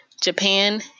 Japan